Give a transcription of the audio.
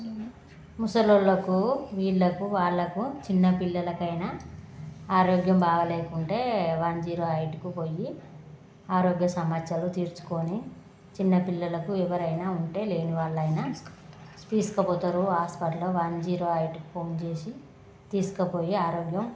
ముసలోళ్ళకు వీళ్ళకు వాళ్ళకు చిన్న పిల్లలకైనా ఆరోగ్యం బాగాలేకుంటే వన్ జీరో ఎయిట్కు పోయి ఆరోగ్య సమాచారం తీర్చుకొని చిన్న పిల్లలకు ఎవరైనా ఉంటే లేనివాళ్ళయినా తీసుకపోతారు హాస్పిటలు వన్ జీరో ఎయిట్కు ఫోన్ చేసి తీసుకపోయి ఆరోగ్యం